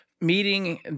meeting